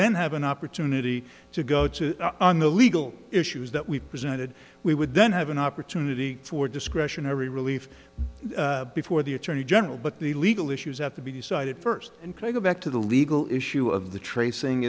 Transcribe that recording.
then have an opportunity to go on the legal issues that we presented we would then have an opportunity for discretionary relief before the attorney general but the legal issues have to be decided first and can i go back to the legal issue of the tracing